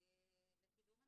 לקידום הנושא.